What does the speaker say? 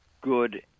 good